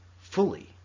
fully